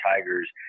Tigers